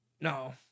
No